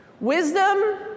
Wisdom